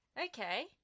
Okay